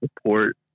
support